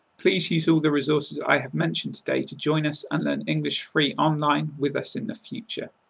please use all the resources i have mentioned today to join us and learn english free online with us in the future.